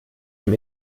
dem